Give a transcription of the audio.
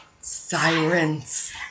Sirens